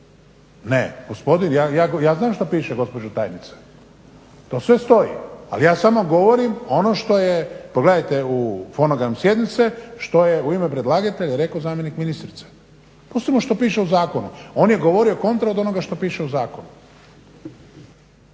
redu. Ja znam što piše gospođo tajnice, to sve stoji, ali ja samo govorim, pogledajte u fonogram sjednice, što je u ime predlagatelja rekao zamjenik ministrice. Pustimo što piše u zakonu, on je govorio kontra od onoga što piše u zakonu.